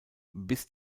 bis